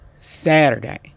Saturday